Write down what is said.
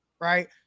Right